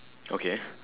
okay